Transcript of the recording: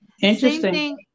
interesting